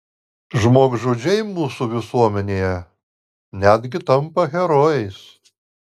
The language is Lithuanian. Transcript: žmogžudžiai mūsų visuomenėje netgi tampa herojais